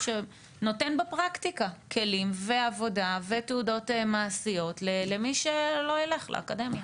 שנותן בפרקטיקה כלים ועבודה ותעודות מעשיות למי שלא ילך לאקדמיה.